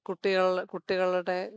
കുട്ടികൾ കുട്ടികളുടെ